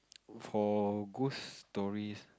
for ghost stories